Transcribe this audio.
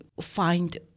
find